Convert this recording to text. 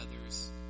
others